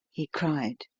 he cried,